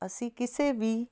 ਅਸੀਂ ਕਿਸੇ ਵੀ